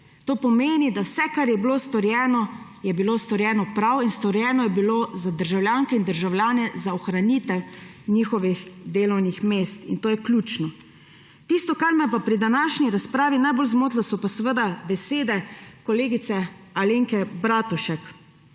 To pomeni, da je bilo vse, kar je bilo storjeno, storjeno prav in storjeno je bilo za državljanke in državljane, za ohranitev njihovih delovnih mest. In to je ključno. Tisto, kar me je pri današnji razpravi najbolj zmotilo, so pa besede kolegice Alenke Bratušek.